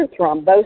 thrombosis